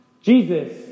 Jesus